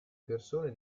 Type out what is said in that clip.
persone